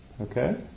Okay